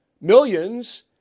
millions